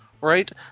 right